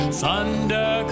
thunder